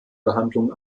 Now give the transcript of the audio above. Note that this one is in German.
behandlung